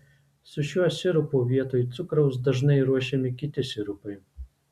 su šiuo sirupu vietoj cukraus dažnai ruošiami kiti sirupai